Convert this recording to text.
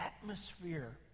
atmosphere